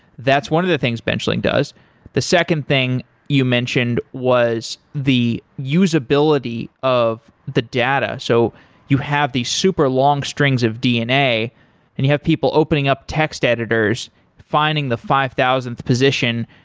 that's one of the things benchling does the second thing you mentioned was the usability of the data, so you have these super long strings of dna and you have people opening up text editors finding the five thousandth position,